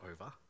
over